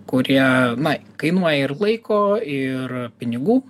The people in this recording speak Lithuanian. kurie na kainuoja ir laiko ir pinigų